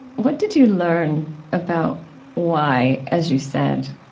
what did you learn about why, as you said,